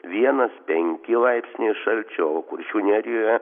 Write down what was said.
vienas penki laipsniai šalčio o kuršių nerijoje